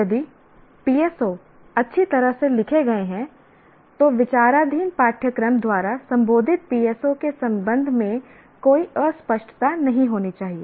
यदि PSO अच्छी तरह से लिखे गए हैं तो विचाराधीन पाठ्यक्रम द्वारा संबोधित PSO के संबंध में कोई अस्पष्टता नहीं होनी चाहिए